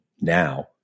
now